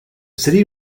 city